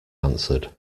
answered